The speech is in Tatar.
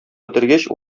бетергәч